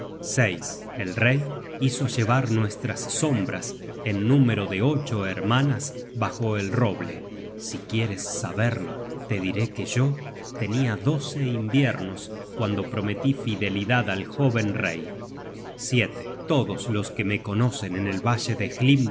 at el rey hizo llevar nuestras sombras en número de ocho hermanas bajo el roble si quieres saberlo te diré que yo tenia doce inviernos cuando prometí fidelidad al joven rey todos los que me conocen en el valle de